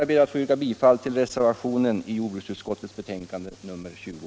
Jag ber att få yrka bifall till reservationen vid jordbruksutskottets betänkande nr 20.